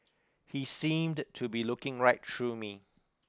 he seemed to be looking right through me